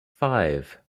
five